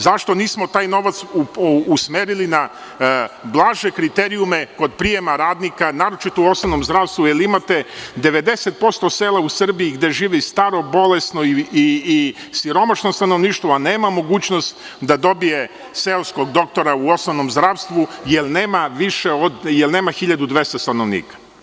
Zašto nismo taj novac usmerili na blaže kriterijume kod prijema radnika, naročito u osnovnom zdravstvu, jer imate 90% sela u Srbiji gde živi staro, bolesno i siromašno stanovništvo, a nema mogućnost da dobije seoskog doktora u osnovnom zdravstvu, jer nema 1.200 stanovnika.